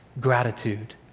gratitude